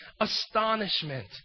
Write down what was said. astonishment